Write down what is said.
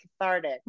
cathartic